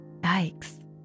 Yikes